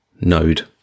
node